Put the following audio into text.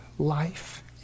Life